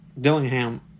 Dillingham